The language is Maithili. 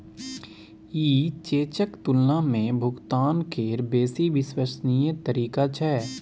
ई चेकक तुलना मे भुगतान केर बेसी विश्वसनीय तरीका छै